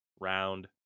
round